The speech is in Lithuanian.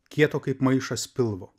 kieto kaip maišas pilvo